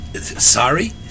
sorry